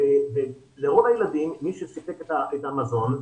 לרוב הילדים מי שסיפק את המזון,